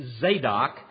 Zadok